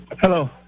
Hello